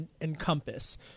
encompass